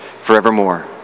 forevermore